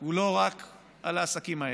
הוא לא רק על העסקים האלה,